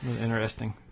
Interesting